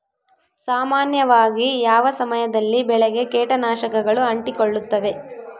ಸಾಮಾನ್ಯವಾಗಿ ಯಾವ ಸಮಯದಲ್ಲಿ ಬೆಳೆಗೆ ಕೇಟನಾಶಕಗಳು ಅಂಟಿಕೊಳ್ಳುತ್ತವೆ?